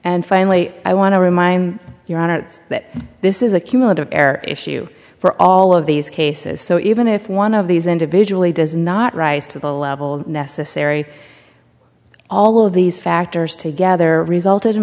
and finally i want to remind you on its that this is a cumulative air issue for all of these cases so even if one of these individually does not rise to the level necessary all of these factors together resulted in